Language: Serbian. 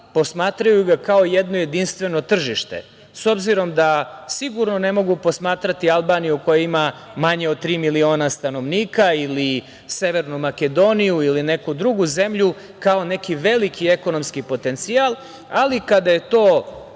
posmatraju ga kao jedno jedinstveno tržište, s obzirom da sigurno ne mogu posmatrati Albaniju koja ima manje od tri miliona stanovnika ili Severnu Makedoniju, ili neku drugu zemlju, kao neki veliki ekonomski potencijal, ali kada je to